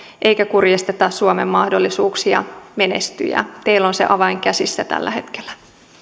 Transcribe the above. eikä kurjisteta suomen mahdollisuuksia menestyä teillä on se avain käsissä tällä hetkellä